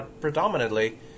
Predominantly